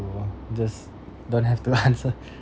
to just don't have to answer